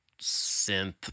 synth